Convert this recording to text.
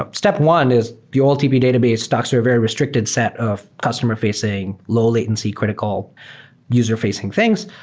ah step one is the oltp database stocks are very restricted set of customer-facing, low-latency critical user-facing things.